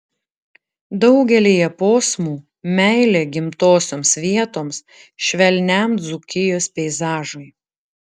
daugelyje posmų meilė gimtosioms vietoms švelniam dzūkijos peizažui